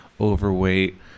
overweight